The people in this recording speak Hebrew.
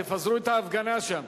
תפזרו את ההפגנה שם,